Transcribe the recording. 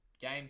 Game